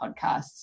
podcasts